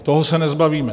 Toho se nezbavíme.